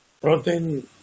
protein